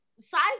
Size